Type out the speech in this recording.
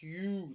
huge